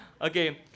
Okay